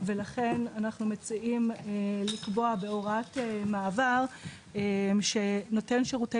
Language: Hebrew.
לכן אנחנו מציעים לקבוע בהוראת מעבר שנותן שירותי